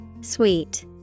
Sweet